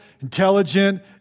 intelligent